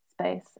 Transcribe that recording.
space